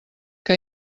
que